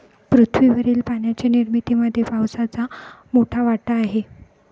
पृथ्वीवरील पाण्याच्या निर्मितीमध्ये पावसाचा मोठा वाटा आहे